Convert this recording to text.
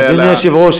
אדוני היושב-ראש,